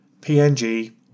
PNG